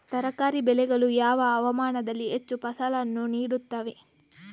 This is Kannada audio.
ತರಕಾರಿ ಬೆಳೆಗಳು ಯಾವ ಹವಾಮಾನದಲ್ಲಿ ಹೆಚ್ಚು ಫಸಲನ್ನು ನೀಡುತ್ತವೆ?